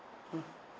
mm